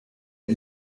iyo